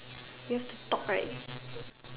we have to talk right